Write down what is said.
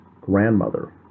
grandmother